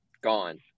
gone